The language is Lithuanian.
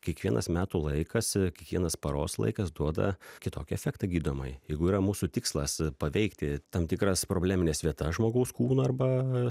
kiekvienas metų laikas kiekvienas paros laikas duoda kitokį efektą gydomąjį jeigu yra mūsų tikslas paveikti tam tikras problemines vietas žmogaus kūno arba